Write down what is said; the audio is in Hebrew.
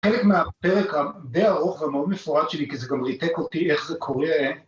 חלק מהפרק הדי ארוך והמאוד מפורט שלי כי זה גם ריתק אותי איך זה קורה